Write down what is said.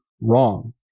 wrong